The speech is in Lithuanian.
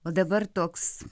o dabar toks